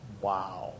Wow